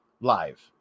live